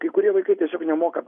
kai kurie vaikai tiesiog nemoka